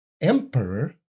emperor